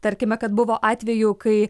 tarkime kad buvo atvejų kai